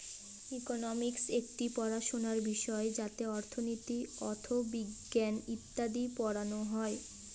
economics একটি পড়াশোনার বিষয় যাতে অর্থনীতি, অথবিজ্ঞান ইত্যাদি পড়ানো হয়